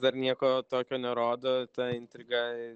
dar nieko tokio nerodo ta intriga